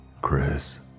Chris